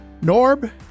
Norb